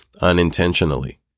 unintentionally